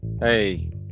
hey